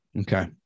Okay